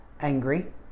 angry